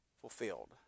fulfilled